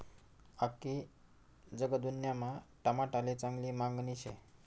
आख्खी जगदुन्यामा टमाटाले चांगली मांगनी शे